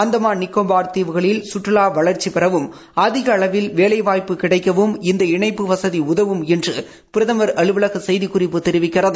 அந்தமான் நிகோபார் தீவுகளில் கற்றுலா வளர்ச்சி பெறவும் அதிக அளவில வேலைவாய்ப்பு கிடைக்கவும் இந்த இணைப்பு வசதி உதவும் என்று பிரதமர் அலுவலக செய்திக்குறிப்பு தெரிவிக்கிறது